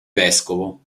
vescovo